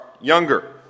younger